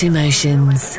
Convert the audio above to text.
Emotions